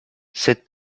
cette